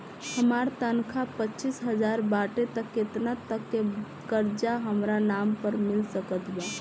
हमार तनख़ाह पच्चिस हज़ार बाटे त केतना तक के कर्जा हमरा नाम पर मिल सकत बा?